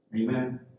Amen